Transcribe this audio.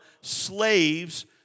slaves